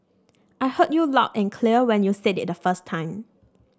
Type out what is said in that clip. I heard you loud and clear when you said it the first time